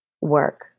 work